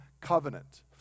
covenant